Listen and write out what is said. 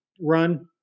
run